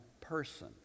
person